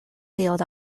sealed